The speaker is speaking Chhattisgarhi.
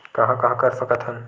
कहां कहां कर सकथन?